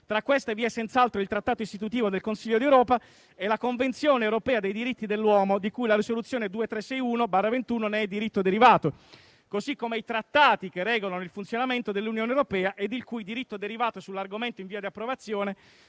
tra queste vi è senz'altro il Trattato istitutivo del Consiglio D'Europa e la Convenzione Europea dei Diritti dell'Uomo ( di cui la *Risoluzione 2361/21* ne è diritto derivato) cosi come i Trattati che regolano il funzionamento dell'Unione Europea, ed il cui "diritto derivato" sull'argomento - in via di approvazione